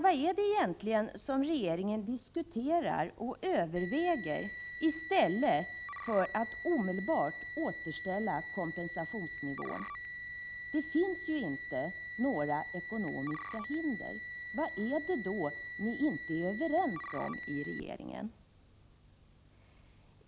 Vad är det egentligen som regeringen diskuterar och överväger i stället för att omedelbart återställa kompensationsnivån i delpensionen? Det finns ju inte några ekonomiska hinder. Vad är det då ni inte är överens om i regeringen?